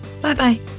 Bye-bye